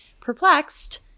Perplexed